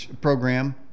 program